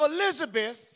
Elizabeth